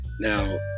Now